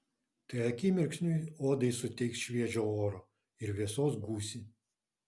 tai akimirksniui odai suteiks šviežio oro ir vėsos gūsį